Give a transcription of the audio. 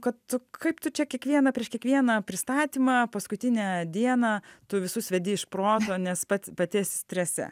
kad tu kaip tu čia kiekvieną prieš kiekvieną pristatymą paskutinę dieną tu visus vedi iš proto nes pats pati esi strese